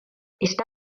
está